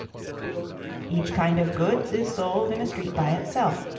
each kind of goods is sold in a street by itself,